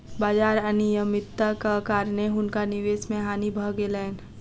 बाजार अनियमित्ताक कारणेँ हुनका निवेश मे हानि भ गेलैन